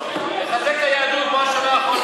תמשיך לצעוק, למה לא?